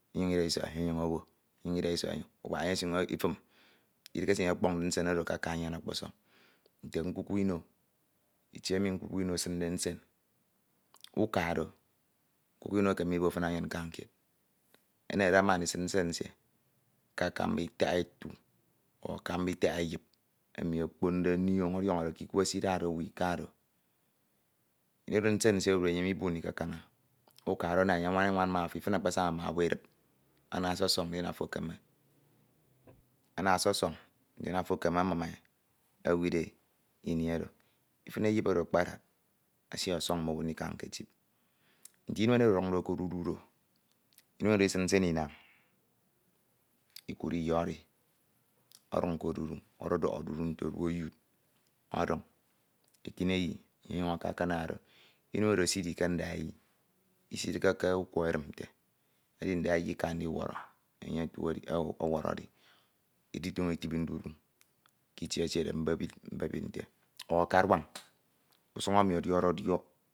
. inyiñ ida isọk e enye ọnyuñ obo ubak enye esinyañ efim, idihe se enye akaka anyam ọkpoñ nsen oro ọkpọsọn itie emi nkwakwo ino esinde nsen nkwkwko ino nsienesie uka aro nkwakwo ino fi anyin nkañ kied ke akamba nsiense kitak itia ọ itak eyip tia tu emi okponde onioñ ọdiọñde ke ikwe se idade owu ikado ini oro nsen nsie oro enye miburi ke kaña uka aro enye ana anwana enwan ma afo ifin akpasaña owu edip ana ọsọsọñ ndin afo ekeme amum, ana ọsọsọñ ndin afo ekeme amum e ewid ini oro Nte inuen oro ọduñde ke odudu do inuen oro esin nsen inañ ekud e iyori ọduñ kodudu ọdọdọk odudu nte odudu oywd ọduñ ekineyi enyuñ aka akana do inuen oro esidi ke ndaeyi isidighe ke ukwọ edim nte edi ndaeyi ika ndiwọrọ enye otu edi ọwọrọ edi iditoño itibi ndudu k'itie etiede mbebid mbebid nye karuañ, usañ emi ọdiọkde diọk